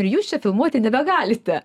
ir jūs čia filmuoti nebegalite